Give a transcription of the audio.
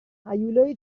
هیولایی